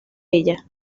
ella